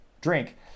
drink